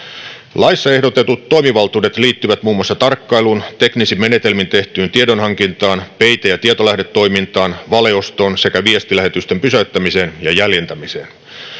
laissa ehdotetut toimivaltuudet liittyvät muun muassa tarkkailuun teknisin menetelmin tehtyyn tiedonhankintaan peite ja tietolähdetoimintaan valeostoon sekä viestilähetysten pysäyttämiseen ja jäljentämiseen